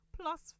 plus